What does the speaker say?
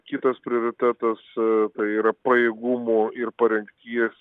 kitas prioritetas tai yra pajėgumų ir parengties